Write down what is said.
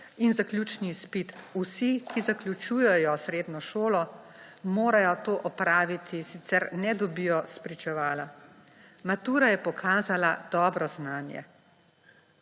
in zaključni izpit. Vsi, ki zaključujejo srednjo šolo, morajo to opraviti, sicer ne dobijo spričevala. Matura je pokazala dobro znanje.